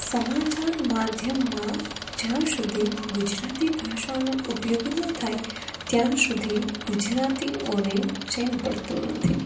સમાચાર માધ્યમમાં જ્યાં સુધી ગુજરાતી ભાષાનો ઉપયોગ ન થાય ત્યાં સુધી ગુજરાતીઓને ચેન પડતું નથી